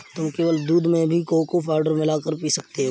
तुम केवल दूध में भी कोको पाउडर मिला कर पी सकते हो